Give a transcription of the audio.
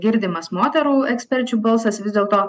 girdimas moterų eksperčių balsas vis dėlto